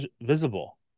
visible